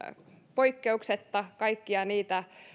poikkeuksetta kaikkia niitä